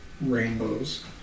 rainbows